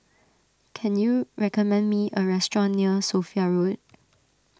can you recommend me a restaurant near Sophia Road